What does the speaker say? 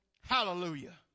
Hallelujah